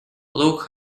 look